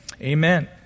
Amen